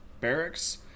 barracks